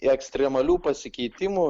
ekstremalių pasikeitimų